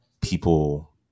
people